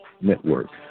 Network